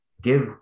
give